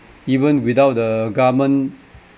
even without the government